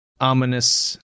ominous